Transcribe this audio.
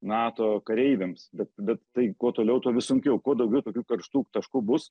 nato kareiviams bet bet tai kuo toliau tuo vis sunkiau kuo daugiau tokių karštų taškų bus